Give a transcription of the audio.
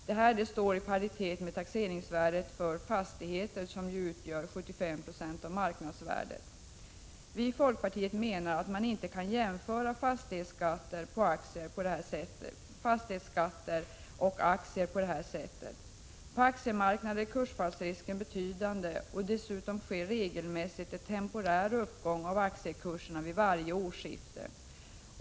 Detta står i paritet med att taxeringsvärdet för fastigheter utgör 75 96 av marknadsvärdet. Vi i folkpartiet menar att man inte kan jämföra fastigheter och aktier på detta sätt. På aktiemarknaden är kursfallsrisken betydande och dessutom sker regelmässigt en temporär uppgång av aktiekurserna vid varje årsskifte.